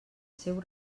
seu